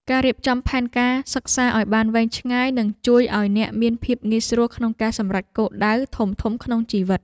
ការរៀបចំផែនការសិក្សាឱ្យបានវែងឆ្ងាយនឹងជួយឱ្យអ្នកមានភាពងាយស្រួលក្នុងការសម្រេចគោលដៅធំៗក្នុងជីវិត។